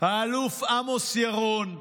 האלוף עמוס ירון,